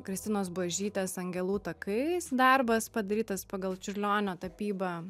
kristinos buožytės angelų takais darbas padarytas pagal čiurlionio tapybą